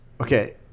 Okay